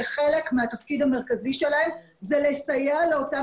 שחלק מהתפקיד המרכזי שלהם זה לסייע לאותם